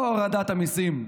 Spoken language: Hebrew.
לא הורדת המיסים,